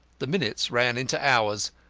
the minutes ran into hours,